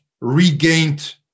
regained